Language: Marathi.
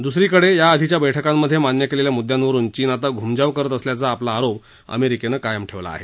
द्सरीकडे याआधीच्या बैठकांमध्ये मान्य केलेल्या मुद्द्यांवरून चीन आता घ्मजाव करत असल्याचा आपला आरोप अमेरिकेनं कायम ठेवला आहे